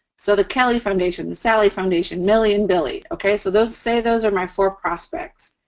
so, the kelly foundation, the sally foundation, milly, and billy. okay. so, those, say those are my four prospects.